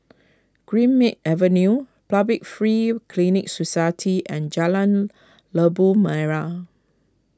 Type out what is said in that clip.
Greenmead Avenue Public Free Clinic Society and Jalan Labu Merah